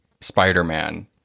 Spider-Man